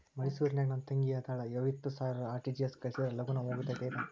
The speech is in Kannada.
ಮೈಸೂರ್ ನಾಗ ನನ್ ತಂಗಿ ಅದಾಳ ಐವತ್ ಸಾವಿರ ಆರ್.ಟಿ.ಜಿ.ಎಸ್ ಕಳ್ಸಿದ್ರಾ ಲಗೂನ ಹೋಗತೈತ?